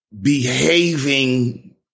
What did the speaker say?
behaving